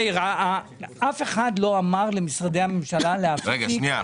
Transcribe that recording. אף אחד לא אמר למשרדי הממשלה להפסיק.